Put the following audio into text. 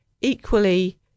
Equally